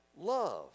love